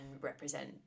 represent